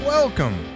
Welcome